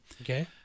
Okay